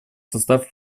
состав